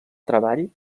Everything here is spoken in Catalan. treball